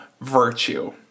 virtue